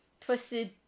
Twisted